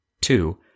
Two